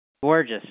gorgeous